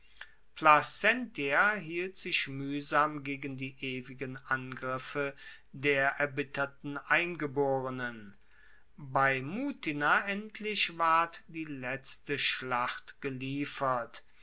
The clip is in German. placentia hielt sich muehsam gegen die ewigen angriffe der erbitterten eingeborenen bei mutina endlich ward die letzte schlacht geliefert